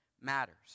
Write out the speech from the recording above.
matters